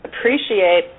appreciate